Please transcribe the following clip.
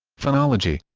phonology